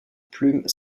plume